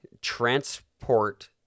transport